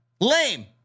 Lame